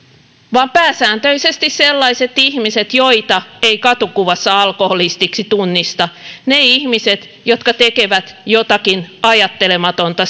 vaan pääsääntöisesti sellaiset ihmiset joita ei katukuvassa alkoholisteiksi tunnista ne ihmiset jotka tekevät jotakin ajattelematonta